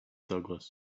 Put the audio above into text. douglas